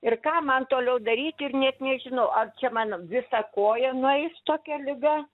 ir ką man toliau daryt ir net nežinau ar čia man visą koją nueis tokia liga